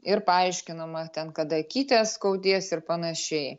ir paaiškinama ten kad akytės skaudės ir panašiai